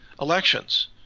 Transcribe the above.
elections